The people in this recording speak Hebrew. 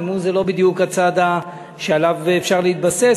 נימוס זה לא בדיוק הצד שעליו אפשר להתבסס,